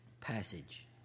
passage